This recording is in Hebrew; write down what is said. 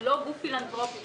זה לא גוף פילנתרופי,